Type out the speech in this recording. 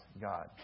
God